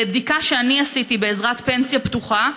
מבדיקה שאני עשיתי בעזרת "פנסיה פתוחה",